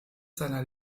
seiner